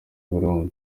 burundu